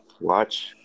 watch